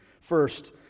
First